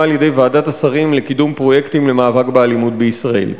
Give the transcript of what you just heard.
על-ידי ועדת השרים לקידום פרויקטים למאבק באלימות בישראל.